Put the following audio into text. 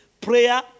Prayer